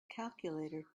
calculator